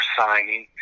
signing